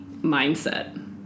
mindset